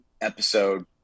episode